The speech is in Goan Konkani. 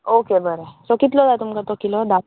ओके बरें सो कितलो जाय तुमकां तो किलो धा